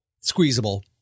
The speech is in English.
squeezable